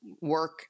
work